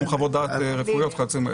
חוות דעת רפואיות וכיו"ב.